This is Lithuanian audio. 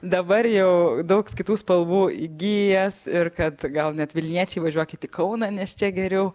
dabar jau daug kitų spalvų įgijęs ir kad gal net vilniečiai važiuokit į kauną nes čia geriau